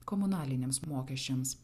komunaliniams mokesčiams